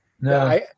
No